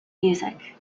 music